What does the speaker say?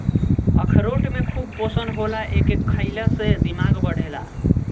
अखरोट में खूब पोषण होला एके खईला से दिमाग बढ़ेला